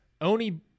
Oni